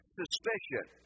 suspicion